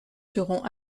seront